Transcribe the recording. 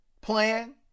plan